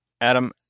Adam